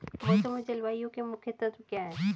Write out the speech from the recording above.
मौसम और जलवायु के मुख्य तत्व क्या हैं?